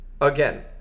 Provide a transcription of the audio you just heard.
again